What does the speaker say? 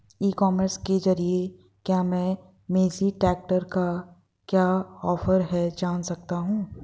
ई commerce के ज़रिए क्या मैं मेसी ट्रैक्टर का क्या ऑफर है जान सकता हूँ?